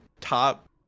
top